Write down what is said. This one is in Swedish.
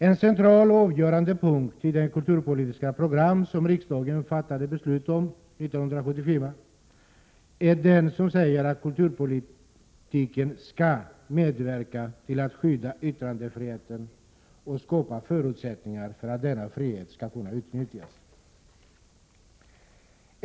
En central och avgörande punkt i det kulturpolitiska program som riksdagen fattade beslut om 1974 är den punkt som säger att kulturpolitiken skall medverka till att skydda yttrandefriheten och skapa förutsättningar för att denna frihet skall kunna utnyttjas.